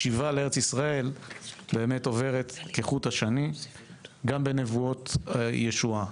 השיבה לארץ ישראל עוברת כחוט השני גם בנבואות ישועה.